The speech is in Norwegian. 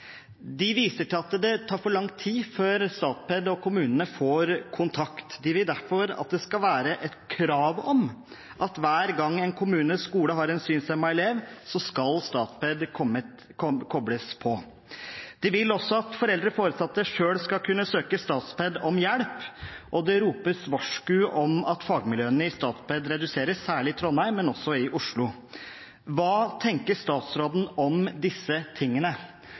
De viser til at det tar for lang tid før Statped og kommunene får kontakt. De vil derfor at det skal være et krav om at hver gang en skole i en kommune har en synshemmet elev, skal Statped kobles på. De vil også at foreldre og foresatte selv skal kunne søke Statped om hjelp, og det ropes varsku om at fagmiljøene i Statped reduseres, særlig i Trondheim, men også i Oslo. Hva tenker statsråden om disse tingene?